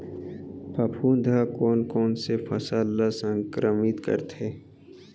फफूंद ह कोन कोन से फसल ल संक्रमित करथे?